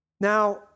Now